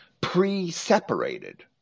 pre-separated